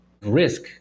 risk